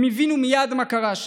הם הבינו מייד מה קרה,